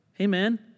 Amen